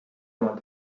oma